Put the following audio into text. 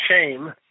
shame